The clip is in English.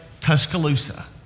Tuscaloosa